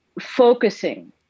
focusing